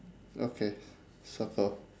okay circle